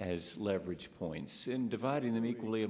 as leverage points in dividing them equally